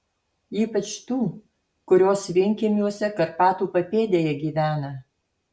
ypač tų kurios vienkiemiuose karpatų papėdėje gyvena